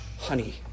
honey